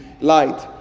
light